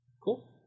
Cool